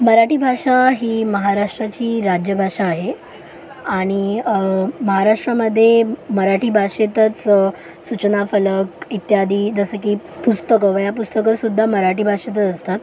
मराठी भाषा ही महाराष्ट्राची राज्यभाषा आहे आणि महाराष्ट्रामध्ये मराठी भाषेतच सूचना फलक इत्यादी जसं की पुस्तकं वह्या पुस्तकंसुद्धा मराठी भाषेतच असतात